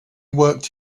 worked